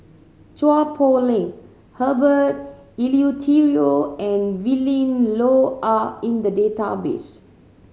Chua Poh Leng Herbert Eleuterio and Willin Low are in the database